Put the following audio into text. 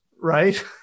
Right